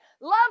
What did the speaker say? love